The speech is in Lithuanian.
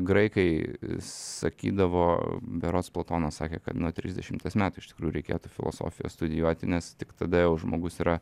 graikai sakydavo berods platonas sakė kad nuo trisdešimties metų iš tikrųjų reikėtų filosofiją studijuoti nes tik tada jau žmogus yra